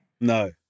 No